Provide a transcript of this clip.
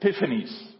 epiphanies